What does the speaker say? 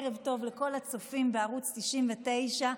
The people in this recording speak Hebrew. ערב טוב לכל הצופים בערוץ 99,